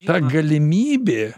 tą galimybė